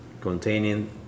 containing